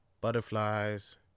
butterflies